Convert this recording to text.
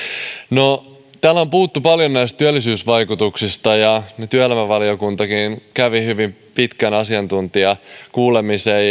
täällä on puhuttu paljon työllisyysvaikutuksista ja työelämävaliokuntakin kävi hyvin pitkän asiantuntijakuulemisen